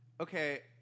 okay